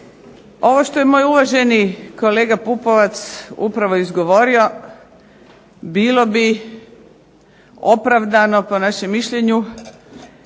Ovo što je moj uvaženi kolega Pupovac upravo izgovorio bilo bi opravdano po našem mišljenju